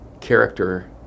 character